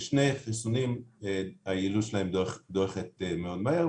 שהיעילות של שני חיסונים דועכת מאוד מהר,